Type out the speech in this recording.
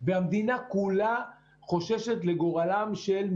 ראש לשכת יועציה מס, והוא הראה לנו שני